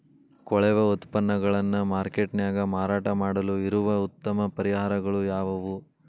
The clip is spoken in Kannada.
ಕೊಳೆವ ಉತ್ಪನ್ನಗಳನ್ನ ಮಾರ್ಕೇಟ್ ನ್ಯಾಗ ಮಾರಾಟ ಮಾಡಲು ಇರುವ ಉತ್ತಮ ಪರಿಹಾರಗಳು ಯಾವವು?